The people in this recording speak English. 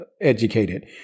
educated